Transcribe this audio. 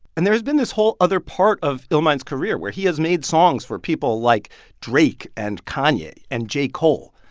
and there's been this whole other part of illmind's career where he has made songs for people like drake and kanye and j. cole.